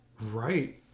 right